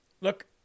Look